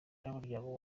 n’umuryango